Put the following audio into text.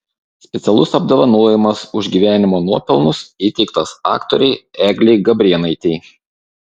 specialus apdovanojimas už gyvenimo nuopelnus įteiktas aktorei eglei gabrėnaitei